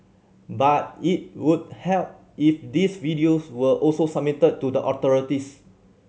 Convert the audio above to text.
but it would help if these videos were also submitted to the authorities